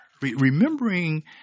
remembering